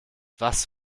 was